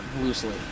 loosely